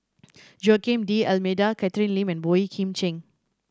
Joaquim D'Almeida Catherine Lim and Boey Kim Cheng